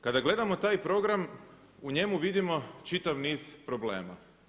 Kada gledamo taj program u njemu vidimo čitav niz problema.